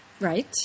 Right